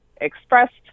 expressed